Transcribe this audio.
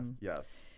Yes